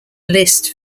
list